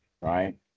right